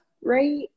right